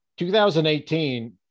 2018